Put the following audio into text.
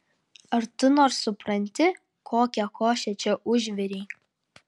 ar tu nors supranti kokią košę čia užvirei